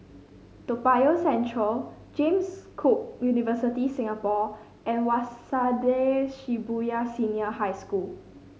Toa Payoh Central James Cook University Singapore and Waseda Shibuya Senior High School